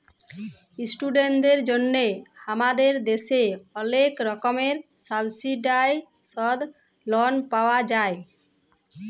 ইশটুডেন্টদের জন্হে হামাদের দ্যাশে ওলেক রকমের সাবসিডাইসদ লন পাওয়া যায়